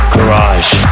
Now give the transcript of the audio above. Garage